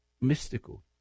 mystical